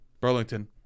Burlington